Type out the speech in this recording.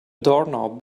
doorknob